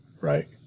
right